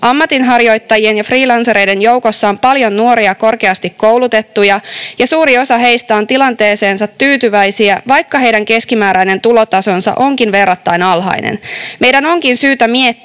Ammatinharjoittajien ja freelancereiden joukossa on paljon nuoria korkeasti koulutettuja, ja suuri osa heistä on tilanteeseensa tyytyväisiä, vaikka heidän keskimääräinen tulotasonsa onkin verrattain alhainen. Meidän onkin syytä miettiä,